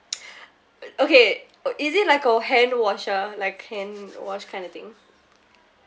okay or is it like a hand washer like hand wash kind of thing